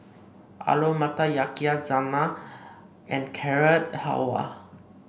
Alu Matar Yakizakana and Carrot Halwa